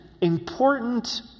important